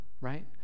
right